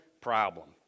problem